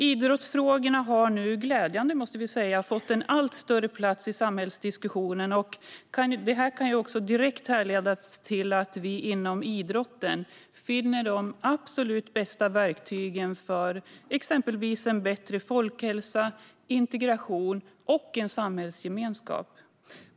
Idrottsfrågorna har nu - glädjande, måste vi säga - fått en allt större plats i samhällsdiskussionerna, vilket direkt kan härledas till att vi inom idrotten finner de absolut bästa verktygen för exempelvis en bättre folkhälsa, integration och samhällsgemenskap.